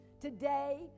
today